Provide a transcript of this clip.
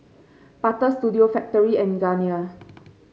Butter Studio Factorie and Garnier